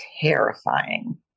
terrifying